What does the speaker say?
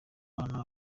bana